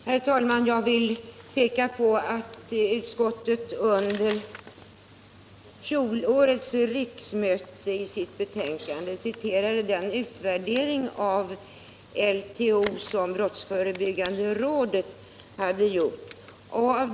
Herr talman! Jag vill peka på att utskottet i sitt betänkande under fjolårets riksmöte citerade den utvärdering av LTO som brottsförebyggande rådet hade gjort.